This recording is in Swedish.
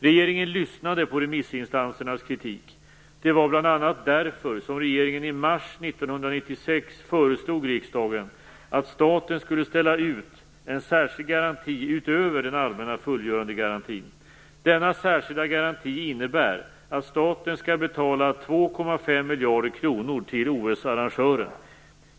Regeringen lyssnade på remissinstansernas kritik. Det var bl.a. därför som regeringen i mars 1996 föreslog riksdagen att staten skulle ställa ut en särskild garanti utöver den allmänna fullgörandegarantin. Denna särskilda garanti innebär att staten skall betala 2,5 miljarder kronor till OS-arrangören.